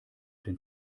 den